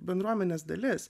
bendruomenės dalis